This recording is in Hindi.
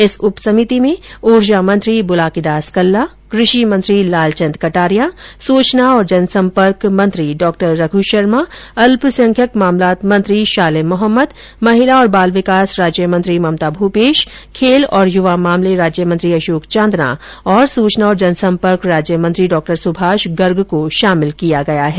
इस उप समिति में ऊर्जा मंत्री बुलाकी दास कल्ला कृषि मंत्री लालचन्द कटारिया सूचना और जनसम्पर्क मंत्री डॉ रघु शर्मा अल्पसंख्यक मामलात मंत्री शाले मोहम्मद महिला और बाल विकास राज्यमंत्री ममता भूपेश खेल और युवा मामले राज्यमंत्री अशोक चांदना तथा सूचना और जनसम्पर्क राज्यमंत्री डॉ सुभाष गर्ग को शामिल किया गया है